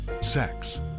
Sex